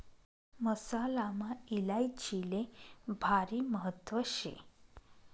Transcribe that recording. मसालामा इलायचीले भारी महत्त्व शे